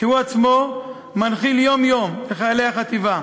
שהוא עצמו מנחיל יום-יום לחיילי החטיבה.